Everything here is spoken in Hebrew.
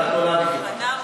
אבל את נולדת מוכנה.